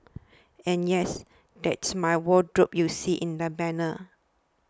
and yes that's my wardrobe you see in the banner